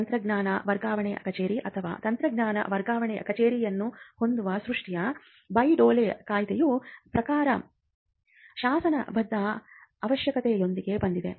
ತಂತ್ರಜ್ಞಾನ ವರ್ಗಾವಣೆ ಕಚೇರಿ ಅಥವಾ ತಂತ್ರಜ್ಞಾನ ವರ್ಗಾವಣೆ ಕಛೇರಿಯನ್ನು ಹೊಂದುವ ಸಂಸ್ಕೃತಿ ಬೇಹ್ ಡೋಲ್ ಕಾಯ್ದೆಯ ಪ್ರಕಾರ ಶಾಸನಬದ್ಧ ಅವಶ್ಯಕತೆಯೊಂದಿಗೆ ಬಂದಿತು